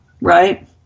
right